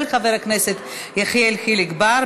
של חבר הכנסת יחיאל חיליק בר.